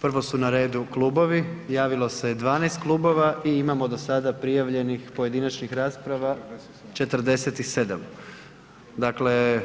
Prvo su na redu klubovi, javilo se 12 klubova i imamo do sada prijavljenih pojedinačnih rasprava 47, dakle